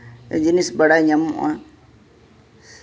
ᱡᱤᱱᱤᱥ ᱵᱟᱲᱟᱭ ᱧᱟᱢᱚᱜᱼᱟ